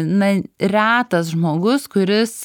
na retas žmogus kuris